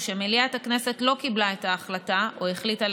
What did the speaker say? או שמליאת הכנסת לא קיבלה את ההחלטה או החליטה,